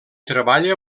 treballa